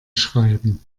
schreiben